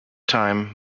time